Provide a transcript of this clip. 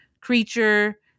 creature